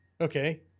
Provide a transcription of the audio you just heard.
okay